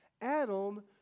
Adam